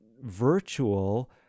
virtual